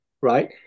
right